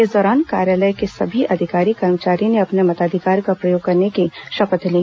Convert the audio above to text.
इस दौरान कार्यालय के सभी अधिकारी कर्मचारियों ने अपने मताधिकार का प्रयोग करने की शपथ ली